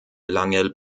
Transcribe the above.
lange